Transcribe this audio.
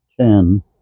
ten